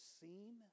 seen